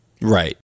Right